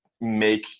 make